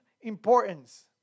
importance